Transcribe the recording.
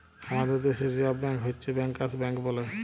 হামাদের দ্যাশে reserve bank হচ্ছ ব্যাংকার্স ব্যাঙ্ক বলে